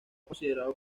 considerado